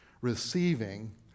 receiving